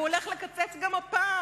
והוא הולך לקצץ גם הפעם.